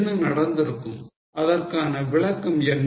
என்ன நடந்திருக்கும் அதற்கான விளக்கம் என்ன